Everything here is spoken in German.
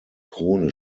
krone